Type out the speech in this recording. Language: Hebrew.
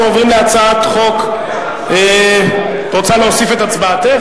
את רוצה להוסיף את הצבעתך?